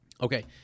Okay